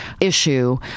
issue